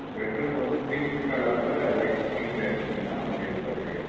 bedroom வந்து pink கலர்ல light pink அடிச்சீங்கன்னால் கொஞ்சம் எடுப்பாக தெரியும்